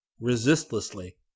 resistlessly